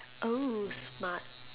oh smart